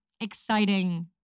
exciting